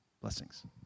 Blessings